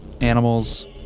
animals